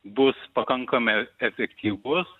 bus pakankami efektyvus